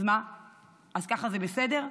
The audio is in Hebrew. אז מה, אז ככה זה בסדר?